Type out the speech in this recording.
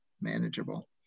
manageable